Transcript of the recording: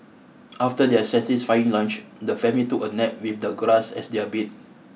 after their satisfying lunch the family took a nap with the grass as their bed